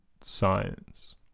science